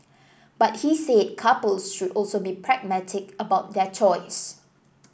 but he said couples should also be pragmatic about their choice